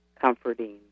comforting